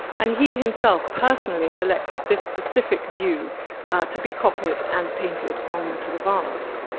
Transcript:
and he himself personally selected this specific view to be copied and painted onto the vase.